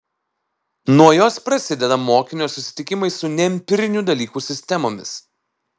nuo jos prasideda mokinio susitikimai su neempirinių dalykų sistemomis